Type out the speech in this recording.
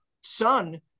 son